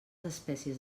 espècies